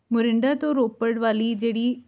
ਮੋਰਿੰਡਾ ਤੋਂ ਰੋਪੜ ਵਾਲੀ ਜਿਹੜੀ